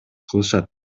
кылышат